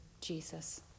Jesus